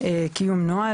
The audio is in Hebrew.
קיום נוהל,